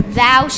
thou